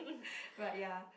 but ya